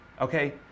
okay